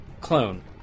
clone